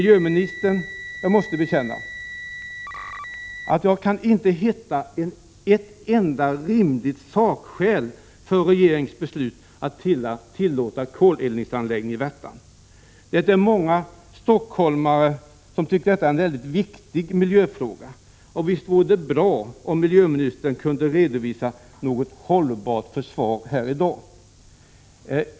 Jag måste bekänna, miljöministern, att jag inte kan hitta ett enda rimligt sakskäl för regeringens beslut att tillåta koleldningsanläggningen i Värtan. Detta är för många stockholmare en viktig miljöfråga, och visst vore det bra om miljöministern kunde redovisa något hållbart försvar här i dag.